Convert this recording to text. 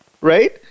Right